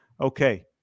Okay